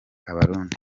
abarundi